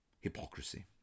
hypocrisy